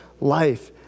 life